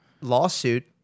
lawsuit